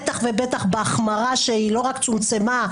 בטח ובטח בהחמרה שלא רק שלא צומצמה,